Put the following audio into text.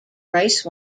rice